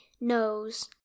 nose